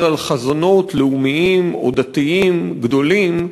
על חזונות לאומיים או דתיים גדולים,